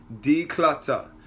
declutter